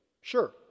sure